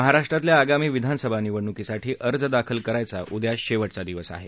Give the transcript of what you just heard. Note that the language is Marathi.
महाराष्ट्रातल्या आगामी विधानसभा निवडणूकीसाठी अर्ज दाखल करायचा उद्या शेव जा दिवस आहे